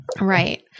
Right